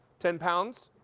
ten pounds,